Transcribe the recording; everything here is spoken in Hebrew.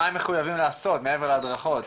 מה הם מחוייבים לעשות מעבר להדרכות.